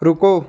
ਰੁਕੋ